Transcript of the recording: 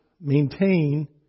maintain